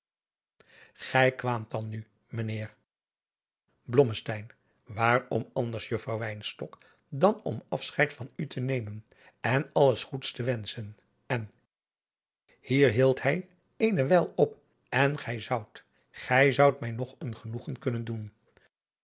gij kwaamt dan nu mijnheer blommesteyn waarom anders juffrouw wynstok dan om afscheid van u te nemen en alles goeds te wenschen en hier hield hij eene wijl op en gij zoudt gij zoudt mij nog een genoegen kunnen doen